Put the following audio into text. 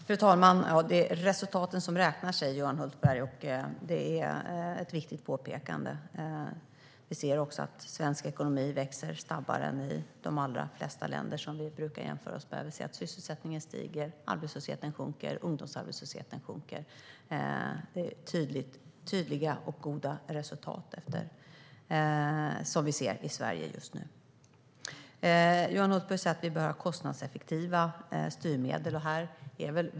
Fru talman! Det är resultaten som räknas, säger Johan Hultberg. Det är ett viktigt påpekande. Vi ser att ekonomin i Sverige växer snabbare än i de allra flesta länder som vi brukar jämföra oss med. Vi ser att sysselsättningen stiger och att arbetslösheten och ungdomsarbetslösheten sjunker. Det är tydliga och goda resultat som vi ser i Sverige just nu. Johan Hultberg säger att vi behöver ha kostnadseffektiva styrmedel.